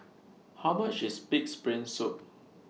How much IS Pig'S Brain Soup